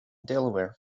delaware